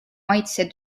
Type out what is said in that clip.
maitse